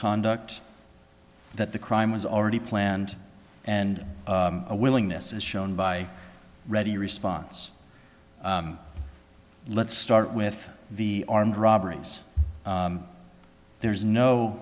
conduct that the crime was already planned and a willingness is shown by ready response let's start with the armed robberies there's no